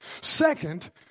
Second